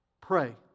Pray